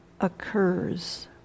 occurs